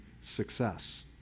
success